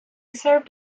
served